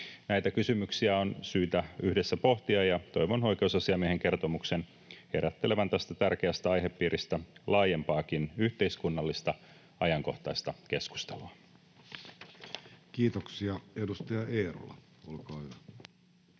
Näitä kysymyksiä on syytä yhdessä pohtia, ja toivon oikeusasiamiehen kertomuksen herättelevän tästä tärkeästä aihepiiristä laajempaakin yhteiskunnallista, ajankohtaista keskustelua. [Speech 28] Speaker: Jussi